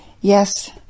Yes